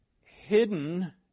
hidden